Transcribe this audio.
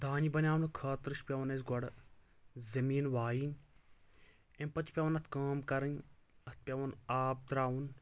دانِہ بَناونہٕ خٲطرٕ چھِ پٮ۪وان اَسہِ گۄڈٕ زٔمیٖن وایِن اَمہِ پَتہٕ چھِ پٮ۪وان اَتھ کٲم کَرٕنۍ اَتھ چھِ پٮ۪وان آب ترٛاوُن